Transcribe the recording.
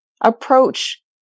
approach